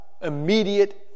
immediate